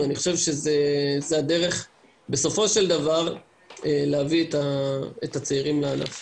ואני חושב שזו הדרך בסופו של דבר להביא את הצעירים לענף.